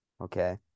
okay